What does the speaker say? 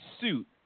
suit